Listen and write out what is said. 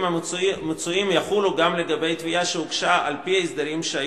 כמו כן מוצע כי שוכר פרטי יהיה זכאי לפיצוי אם צבר